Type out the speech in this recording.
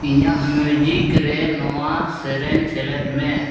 ᱤᱧᱟᱹᱜ ᱢᱤᱭᱩᱡᱤᱠ ᱨᱮ ᱱᱚᱣᱟ ᱥᱮᱨᱮᱧ ᱥᱮᱞᱮᱫ ᱢᱮ